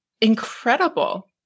incredible